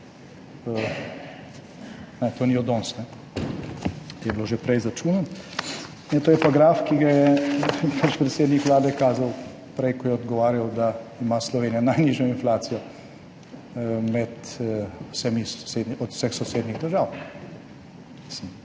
to ni od danes, je bilo že prej izračunano, to je pa graf, ki ga je pač predsednik Vlade kazal prej, ko je odgovarjal, da ima Slovenija najnižjo inflacijo od vseh sosednjih držav.